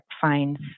finds